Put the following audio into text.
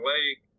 Lake